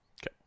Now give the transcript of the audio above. okay